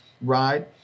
ride